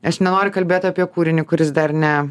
aš nenoriu kalbėt apie kūrinį kuris dar ne